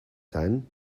ten